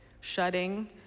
Shutting